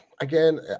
again